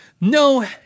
no